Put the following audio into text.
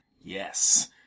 yes